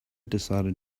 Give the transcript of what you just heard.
decided